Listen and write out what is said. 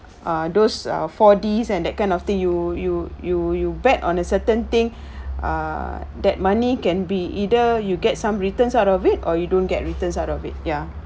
ah those ah four Ds and that kind of thing you you you you bet on a certain thing ah that money can be either you get some returns out of it or you don't get returns out of it ya